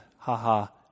ha-ha